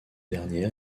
dernière